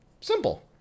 Simple